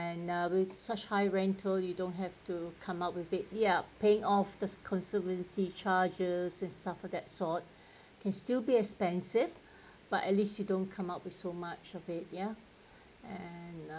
and uh with such high rental you don't have to come up with it ya paying off the conservancy charges and stuff of that sort can still be expensive but at least you don't come up with so much of it ya and uh